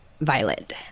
Violet